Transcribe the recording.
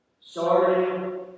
starting